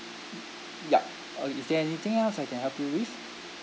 yup uh is there anything else I can help you with